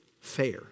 fair